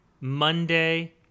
Monday